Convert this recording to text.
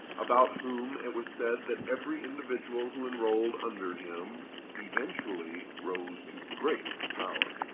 about whom it was said that every individual who enrolled under him eventually rose to great power.